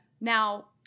Now